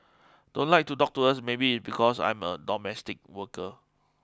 don't like to talk to us maybe it because I am a domestic worker